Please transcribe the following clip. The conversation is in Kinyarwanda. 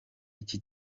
iki